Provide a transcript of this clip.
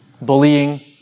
bullying